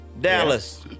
Dallas